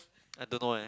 I don't know eh